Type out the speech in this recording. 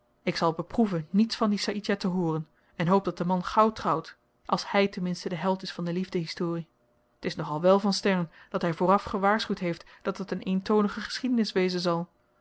ik zal beproeven niets van dien saïdjah te hooren en hoop dat de man gauw trouwt als hy ten minste de held is van de liefdehistorie t is nog al wèl van stern dat hy vooraf gewaarschuwd heeft dat het een eentonige geschiedenis wezen zal